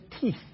teeth